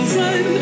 run